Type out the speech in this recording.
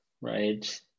Right